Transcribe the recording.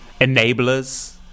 Enablers